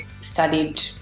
studied